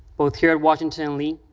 both here at washington and lee,